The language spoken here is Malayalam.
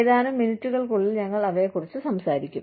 ഏതാനും മിനിറ്റുകൾക്കുള്ളിൽ ഞങ്ങൾ അവയെക്കുറിച്ച് സംസാരിക്കും